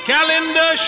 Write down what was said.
Calendar